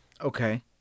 Okay